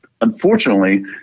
Unfortunately